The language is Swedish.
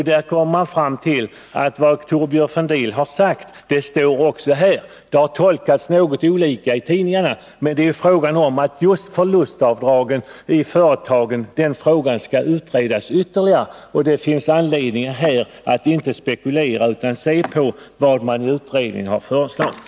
Då kommer man fram till att vad Thorbjörn Fälldin sagt också står här. Det har tolkats något olika i tidningarna, men just frågan om förlustavdrag i företagen skall utredas ytterligare. Det finns anledning att inte spekulera, utan att se på vad utredningen föreslagit.